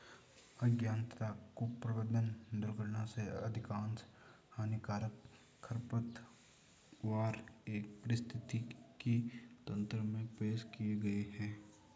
अज्ञानता, कुप्रबंधन, दुर्घटना से अधिकांश हानिकारक खरपतवार एक पारिस्थितिकी तंत्र में पेश किए गए हैं